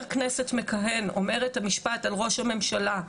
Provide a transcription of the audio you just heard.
כנסת מכהן אומר את המשפט על ראש הממשלה,